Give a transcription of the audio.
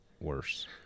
worse